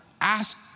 Ask